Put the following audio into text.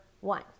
one